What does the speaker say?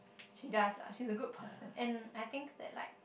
she does lah she's a good person and I think that like